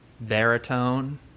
baritone